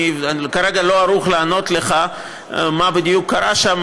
אני כרגע לא ערוך לענות לך מה בדיוק קרה שם.